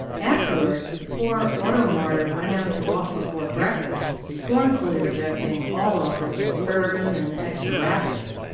afterwards the poor auto-martyr went out to walk before breakfast, scornfully rejecting all offers of furs and extra wrappings.